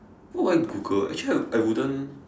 what would I Google actually I wouldn't